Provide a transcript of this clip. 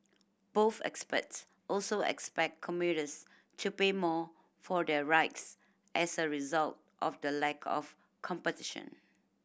both experts also expect commuters to pay more for their rides as a result of the lack of competition